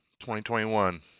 2021